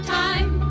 time